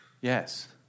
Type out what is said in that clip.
Yes